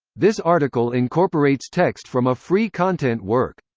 this article incorporates text from a free content work.